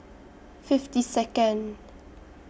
fifty Second